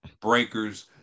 breakers